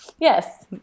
Yes